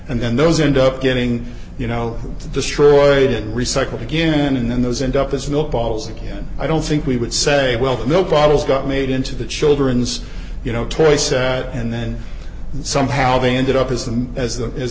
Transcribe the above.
and then those end up getting you know destroyed and recycled again and then those end up as milk bottles again i don't think we would say well the milk bottles got made into the children's you know toy sat and then somehow they ended up as and as